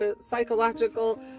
Psychological